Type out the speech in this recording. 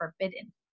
forbidden